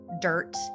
dirt